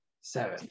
seven